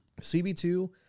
CB2